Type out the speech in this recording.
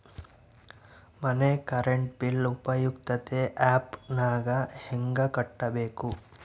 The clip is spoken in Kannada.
ಮನೆ ಕರೆಂಟ್ ಬಿಲ್ ಉಪಯುಕ್ತತೆ ಆ್ಯಪ್ ನಾಗ ಹೆಂಗ ಕಟ್ಟಬೇಕು?